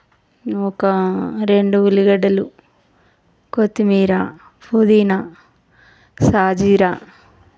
ఒక రెండు ఉల్లిగడ్డలు కొత్తిమీర పుదీనా సాజీరా